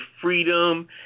freedom